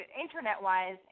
internet-wise